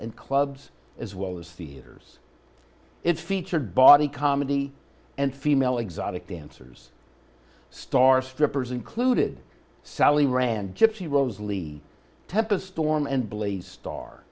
and clubs as well as theatres it featured bawdy comedy and female exotic dancers star strippers included sally rand gypsy rose lee tempest storm and blade star